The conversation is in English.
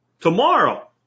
Tomorrow